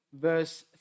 verse